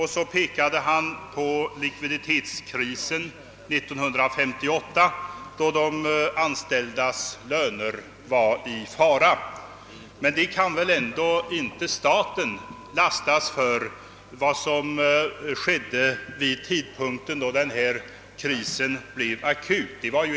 Han pekade även på likviditetskrisen 1958, då de anställdas löner var i fara. Men staten kan väl ändå inte lastas för vad som inträffade vid den tidpunkt då krisen blev akut?